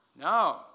No